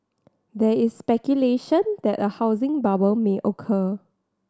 there is speculation that a housing bubble may occur